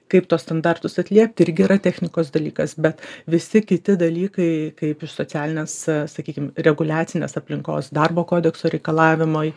kaip tuos standartus atliepti irgi yra technikos dalykas bet visi kiti dalykai kaip iš socialinės sakykim reguliacinės aplinkos darbo kodekso reikalavimai